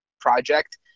project